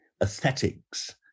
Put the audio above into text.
aesthetics